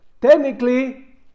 technically